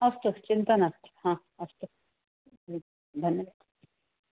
अस्तु चिन्ता नास्ति हा अस्तु धन्य